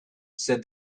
said